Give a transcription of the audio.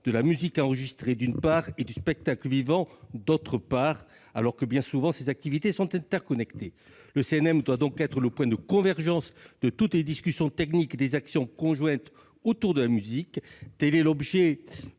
de la musique enregistrée, d'une part, et ceux du spectacle vivant, de l'autre, alors que, bien souvent, ces activités sont liées. Le CNM doit être le point de convergence de toutes les discussions techniques et des actions conjointes autour de la musique.